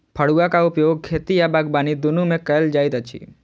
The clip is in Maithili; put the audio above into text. फड़ुआक उपयोग खेती आ बागबानी दुनू मे कयल जाइत अछि